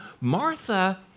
Martha